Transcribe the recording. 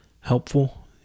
Helpful